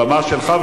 הבמה שלך.